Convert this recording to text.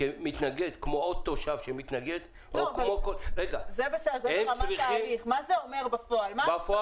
כעוד תושב שמתנגד -- מה זה אומר בפועל?